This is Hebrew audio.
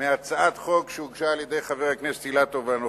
מהצעת חוק שהוגשה על-ידי חבר הכנסת אילטוב ואנוכי,